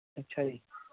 ਅੱਛਾ ਜੀ